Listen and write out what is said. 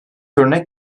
örnek